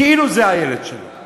כאילו זה הילד שלו.